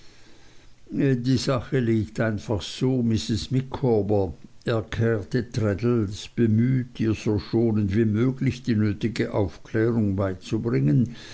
die sache liegt einfach so mrs micawber erklärte traddles bemüht ihr so schonend wie möglich die nötige aufklärung beizubringen